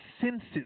senses